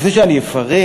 לפני שאני אפרט